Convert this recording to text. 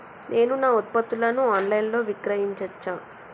నేను నా ఉత్పత్తులను ఆన్ లైన్ లో విక్రయించచ్చా?